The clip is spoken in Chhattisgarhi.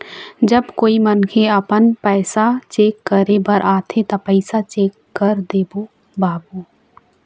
जब कोई मनखे आपमन पैसा चेक करे बर आथे ता पैसा चेक कर देबो बाबू?